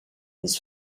his